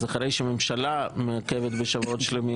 אז אחרי שהממשלה מעכבת בשבועות שלמים,